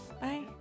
bye